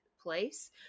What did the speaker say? place